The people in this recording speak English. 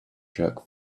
jerk